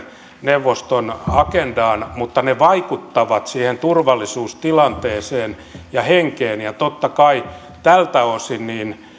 neuvoston agendaan mutta ne vaikuttavat siihen turvallisuustilanteeseen ja henkeen ja totta kai tältä osin